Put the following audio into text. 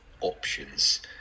options